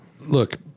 look